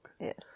Yes